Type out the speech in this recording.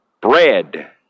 Bread